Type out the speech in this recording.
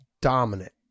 dominant